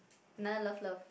another love love